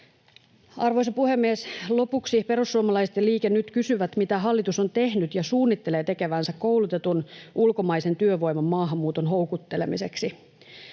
Arvoisa puhemies! Lopuksi: perussuomalaiset ja Liike Nyt kysyvät, mitä hallitus on tehnyt ja suunnittelee tekevänsä koulutetun ulkomaisen työvoiman maahanmuuton houkuttelemiseksi.